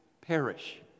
Perish